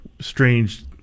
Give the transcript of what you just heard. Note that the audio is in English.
strange